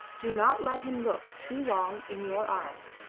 do not let him look too long in your eyes,